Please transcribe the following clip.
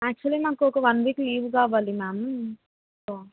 actually మాకు ఒక one week leave కావాలి మ్యామ్ సో